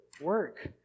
work